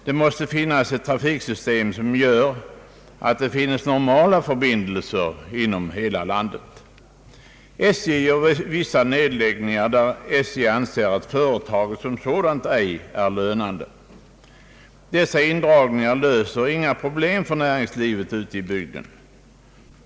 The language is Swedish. Det måste vara så utformat att normala förbindelser kan upprätthållas inom hela landet. SJ gör vissa nedläggningar av linjer vilka som sådana ej är lönande. Dessa indragningar löser inga problem för näringslivet i en bygd.